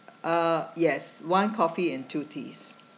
uh yes one coffee and two teas